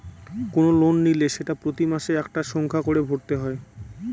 কোনো লোন নিলে সেটা প্রতি মাসে একটা সংখ্যা করে ভরতে হয়